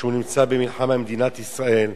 שנמצא במלחמה עם מדינת ישראל.